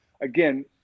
again